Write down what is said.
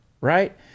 Right